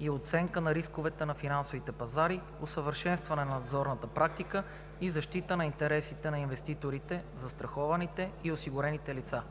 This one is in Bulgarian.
и оценка на рисковете на финансовите пазари, усъвършенстване на надзорната практика и защита на интересите на инвеститорите, застрахованите и осигурените лица